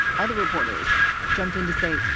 other reporters jumped in to say,